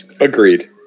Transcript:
Agreed